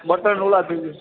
button ઓલા થઈ જા